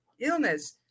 Illness